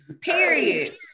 Period